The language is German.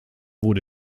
wurde